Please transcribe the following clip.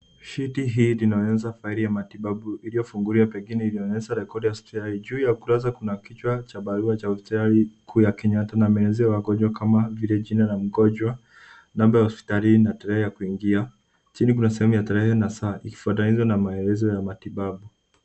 Shiti hii linaonyesha faili ya matibabu iliyofunguliwa pengine iliyoonyesha rekodi ya hospitali. Juu ya kurasa kuna kichwa cha barua ya hospitali kuu ya Kenyatta na maelezeo ya wagonjwa kama vile jina la mgonjwa, namba ya hospitalini na tarehe ya kuingia. Chini kuna sehemu ya tarehe na saa ikifuatanishwa na maelezo ya matibabu.